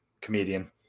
comedian